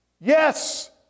Yes